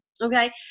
Okay